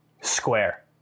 Square